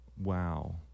Wow